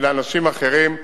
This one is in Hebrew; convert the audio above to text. ולאנשים אחרים.